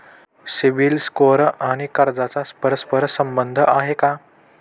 CIBIL score आणि कर्जाचा परस्पर संबंध आहे का?